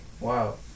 Wow